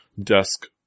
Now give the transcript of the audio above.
desk